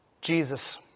Jesus